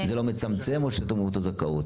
זה לא מצמצם או שאתה מוריד את הזכאות?